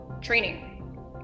training